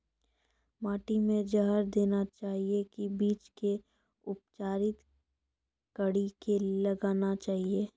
माटी मे जहर देना चाहिए की बीज के उपचारित कड़ी के लगाना चाहिए?